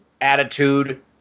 attitude